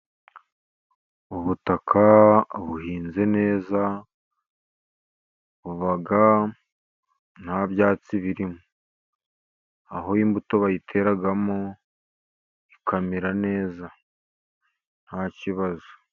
Ubutaka buhinze neza, buba nta byatsi birimo. Aho imbuto bayiteramo ikamera neza, nta kibazo.